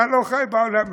אתה לא חי בעולם הזה.